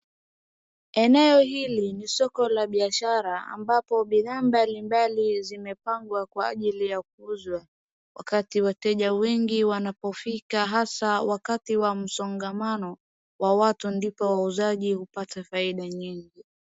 Eneo hili ni soko la biashara ambapo bidhaa mbalimbali zimepangwa kwa ajili ya kuuzwa. Wakati wateja wengi wanapofika, hasa wakati wa msongamano wa watu, ndipo wauzaji hupata faida nyingi.